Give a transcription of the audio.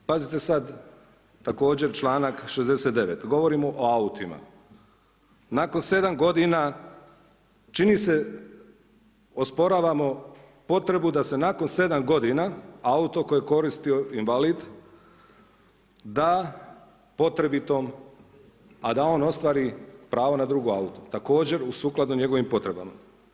Pazite sada, također članak 69., govorimo o autima, nakon 7 godina čini se osporavamo potrebu da se nakon 7 godina auto koje je koristio invalid da potrebitom a da on ostvari pravo na drugo auto također u sukladno njegovim potrebama.